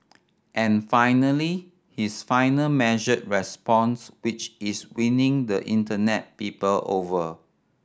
and finally his final measured response which is winning the Internet people over